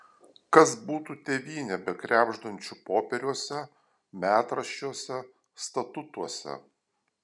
kas būtų tėvynė be krebždančių popieriuose metraščiuose statutuose